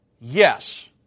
yes